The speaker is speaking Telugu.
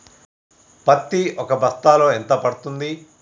పత్తి ఒక బస్తాలో ఎంత పడ్తుంది?